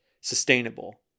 sustainable